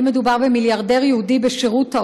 האם מדובר במיליארדר יהודי בשירות האויב,